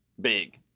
big